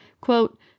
quote